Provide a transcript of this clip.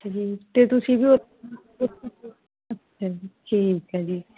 ਅੱਛਾ ਜੀ ਅਤੇ ਤੁਸੀਂ ਵੀ ਉਹ ਉਹ ਅੱਛਾ ਜੀ ਠੀਕ ਹੈ ਜੀ